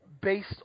based